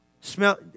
Smell